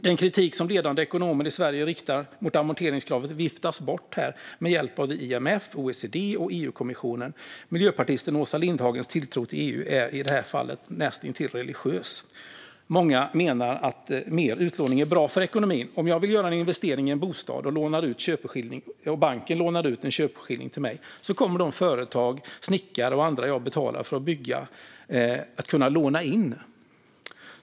Den kritik som ledande ekonomer i Sverige riktar mot amorteringskravet viftas bort med hjälp av IMF, OECD och EU-kommissionen. Miljöpartisten Åsa Lindhagens tilltro till EU är i det här fallet näst intill religiös. Många menar att mer utlåning är bra för ekonomin. Om jag vill göra en investering i en bostad och banken lånar ut köpeskillingen till mig, kommer de företag, snickare och andra jag betalar för att bygga att kunna låna in.